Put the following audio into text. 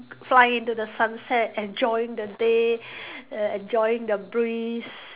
cry into the sunset enjoying the day err enjoy the breath